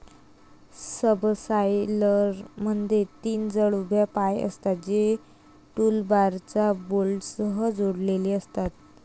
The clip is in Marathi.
सबसॉयलरमध्ये तीन जड उभ्या पाय असतात, जे टूलबारला बोल्टसह जोडलेले असतात